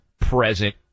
present